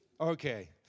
Okay